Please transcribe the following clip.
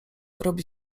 robi